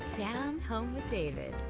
down home with david,